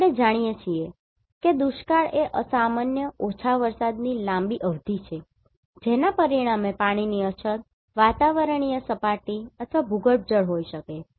આપણે જાણીએ છીએ કે દુષ્કાળ એ અસામાન્ય ઓછા વરસાદની લાંબી અવધિ છે જેના પરિણામે પાણીની અછત વાતાવરણીય સપાટી અથવા ભૂગર્ભજળ હોઈ શકે છે